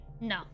No